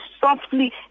softly